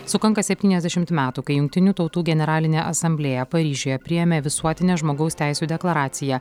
sukanka septyniasdešimt metų kai jungtinių tautų generalinė asamblėja paryžiuje priėmė visuotinę žmogaus teisių deklaraciją